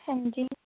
हां जी